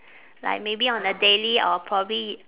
like maybe on a daily or probably